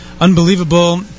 unbelievable